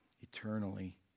eternally